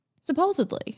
supposedly